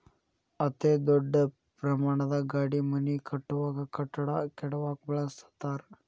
ಅತೇ ದೊಡ್ಡ ಪ್ರಮಾಣದ ಗಾಡಿ ಮನಿ ಕಟ್ಟುವಾಗ, ಕಟ್ಟಡಾ ಕೆಡವಾಕ ಬಳಸತಾರ